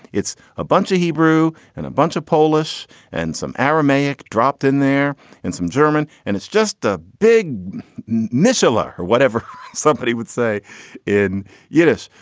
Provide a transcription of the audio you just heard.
it's a bunch of hebrew and a bunch of polish and some aramaic dropped in there and some german. and it's just a big michala or whatever somebody would say in yiddish.